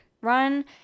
Run